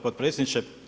potpredsjedniče.